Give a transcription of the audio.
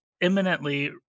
imminently